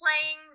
playing